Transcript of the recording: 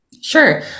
Sure